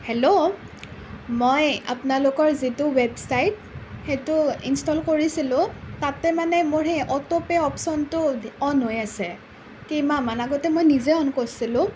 hello মই আপোনালোকৰ যিটো ৱেবছাইট সেইটো ইনষ্টল কৰিছিলোঁ তাতে মানে মোৰ সেই অটো'পে অপশ্যনটো অন হৈ আছে কেইমাহমান আগতে মই নিজে অন কৰিছিলোঁ